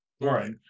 right